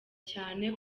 cyane